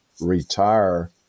retire